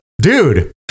Dude